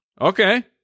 Okay